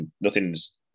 Nothing's